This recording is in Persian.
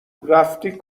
رفتی